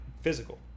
Physical